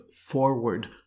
forward